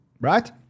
right